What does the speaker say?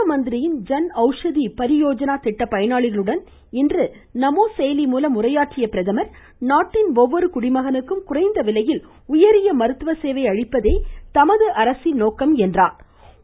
பிரதம மந்திரியின் ஜன் ஔஷதி பரியோஜனா திட்டப் பயனாளிகளுடன் இன்று நமோ செயலி மூலம் உரையாற்றிய அவர் நாட்டின் ஒவ்வொரு குடிமகனுக்கும் குறைந்த விலையில் உயரிய மருத்துவ சேவை அளிப்பதே தமது அரசின் நோக்கம் என்றார்